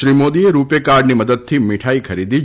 શ્રી મોદીએ રૂપે કાર્ડની મદદથી મીઠાઇ ખરીદી હતી